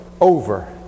over